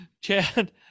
Chad